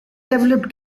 developed